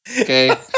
Okay